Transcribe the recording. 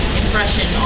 impression